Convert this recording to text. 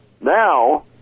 now